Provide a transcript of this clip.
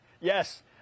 Yes